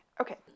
Okay